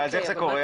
איך זה קורה?